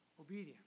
obedience